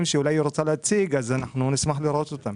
שאולי היא רוצה להציג אז אנחנו נשמח לראות אותם.